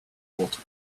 water